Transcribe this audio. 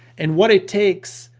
and what it takes,